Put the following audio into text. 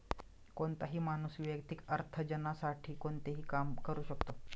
कोणताही माणूस वैयक्तिक अर्थार्जनासाठी कोणतेही काम करू शकतो